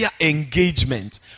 engagement